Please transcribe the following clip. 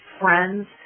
friends